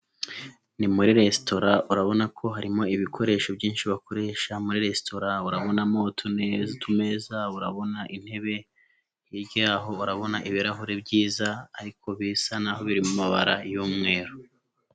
Ni muri resitora, urabona ko harimo ibikoresho byinshi bakoresha muri resitora. Urabonamo utumeza, urabona intebe hirya yaho, urabona ibirahuri byiza ariko bisa naho biri mu mabara y'umweru.